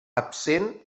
absent